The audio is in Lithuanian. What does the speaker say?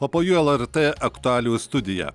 o po jų lrt aktualijų studija